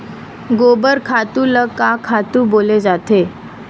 गोबर खातु ल का खातु बोले जाथे?